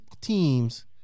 teams